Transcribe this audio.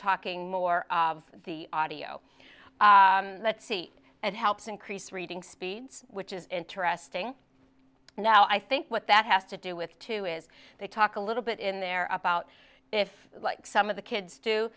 talking more of the audio let's see it helps increase reading speeds which is interesting now i think what that has to do with too is they talk a little bit in there about if like some of the kids